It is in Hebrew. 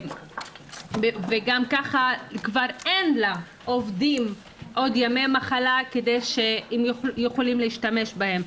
וגם ככה כבר אין לעובדים עוד ימי מחלה שהם יכולים להשתמש בהם.